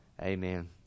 Amen